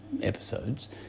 episodes